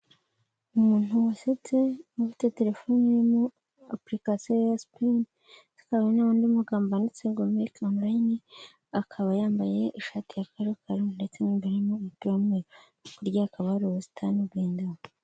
Umuntu wasetse, ufite telefone iririmo apurikasiyo ya sipini, tukabonamo n'amagambo yanditse ngo meke onorayini, akaba yambaye ishati y'a karokaro, ndetse mo imbere hakaba hari umupira w'umweru, hirya hakaba hari ubusitani bw'indabo.